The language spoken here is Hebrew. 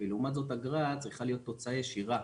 ולעומת זאת, אגרה צריכה להיות תוצאה ישירה